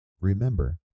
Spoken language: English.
Remember